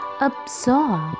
absorb